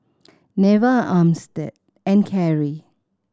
Neva Armstead and Keri